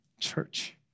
church